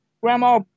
Grandma